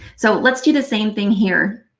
so let's do the same thing here.